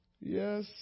yes